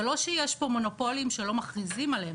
זה לא שיש פה מונופולים שלא מכריזים עליהם.